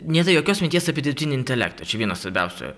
nėra jokios minties apie dirbtinį intelektą čia vienas svarbiausių